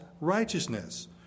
righteousness